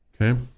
Okay